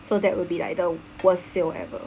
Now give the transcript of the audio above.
so that would be like the worst sale ever